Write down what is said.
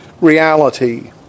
reality